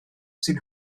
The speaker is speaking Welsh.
sydd